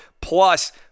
Plus